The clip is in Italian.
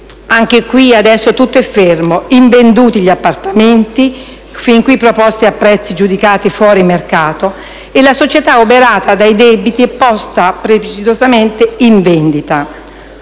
Anche qui adesso tutto è fermo: invenduti gli appartamenti, fin qui proposti a prezzi giudicati fuori mercato, e la società oberata dai debiti e posta precipitosamente in vendita.